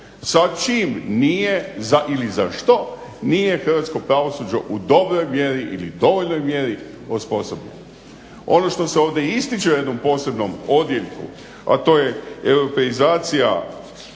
sa čim nije ili za što nije hrvatsko pravosuđe u dobroj mjeri ili dovoljnoj mjeri osposobljeno. Ono što se ovdje ističe u jednom posebnom odjeljku, a to je europeizacija